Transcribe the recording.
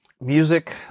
music